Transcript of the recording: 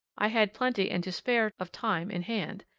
i had plenty and to spare of time in hand,